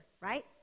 right